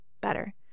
better